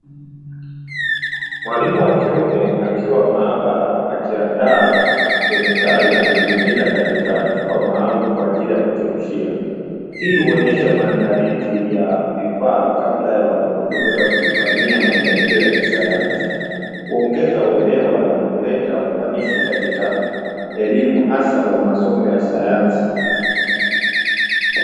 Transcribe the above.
Mwalimu wa kiume akiwa maabara akiandaa kemikali na kuzimina katika chupa maalum kwa ajili ya kuchemshia. Hii huonyesha maandalizi ya vifaa kabla ya wanafunzi kwenda kuvifanyia majaribio ya kisayansi, kuongeza uelewa na kuleta ufanisi katika elimu hasa kwenye masomo ya sayansi.